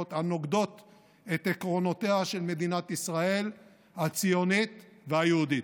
הנוגדות את עקרונותיה של מדינת ישראל הציונית והיהודית.